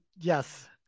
yes